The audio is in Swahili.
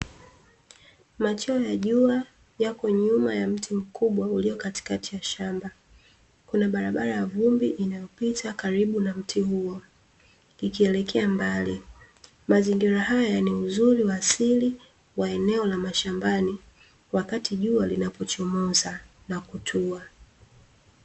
Machweo ya jua yapo nyuma ya mti mkubwa uliokatikati ya shamba, kuna barabara ya vumbi inayopita karibu na mti huo ikielekea mbali. Mazingira haya ni uzuri wa asili wa eneo la mashambani wakati jua linapochomoza na kutua.